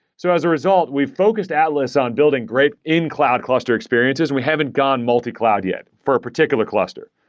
so as a result, we've focused atlas on building great in-cloud cluster experiences we haven't gone multi-cloud yet for particular cluster.